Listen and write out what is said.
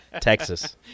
Texas